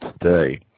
today